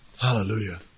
Hallelujah